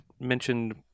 mentioned